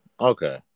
Okay